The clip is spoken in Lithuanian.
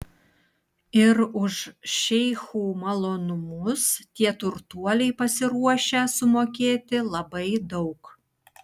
ir už šeichų malonumus tie turtuoliai pasiruošę sumokėti labai daug